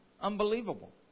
unbelievable